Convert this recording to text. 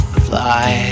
fly